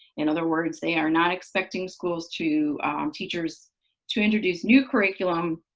in other words, they are not expecting schools to teachers to introduce new curriculum,